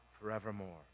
forevermore